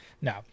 No